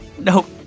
Nope